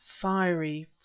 fiery